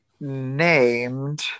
named